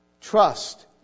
Trust